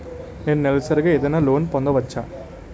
నేను నెలసరిగా ఏదైనా లోన్ పొందవచ్చా?